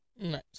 Nice